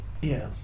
Yes